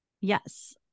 Yes